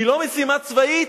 היא לא משימה צבאית.